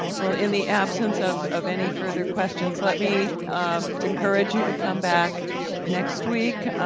well, in the absence of of any further questions, let me encourage you to come back next week.